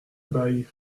bail